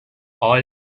all